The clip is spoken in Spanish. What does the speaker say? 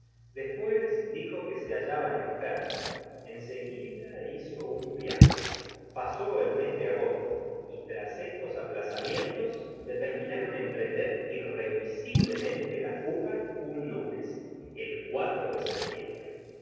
después dijo que se hallaba enfermo en seguida hizo un viaje pasó el mes de agosto y tras estos aplazamientos determinaron emprender irremisiblemente la fuga un lunes el de septiembre